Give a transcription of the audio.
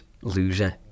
loser